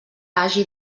hagi